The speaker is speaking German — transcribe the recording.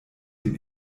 dem